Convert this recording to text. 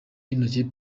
y’intoki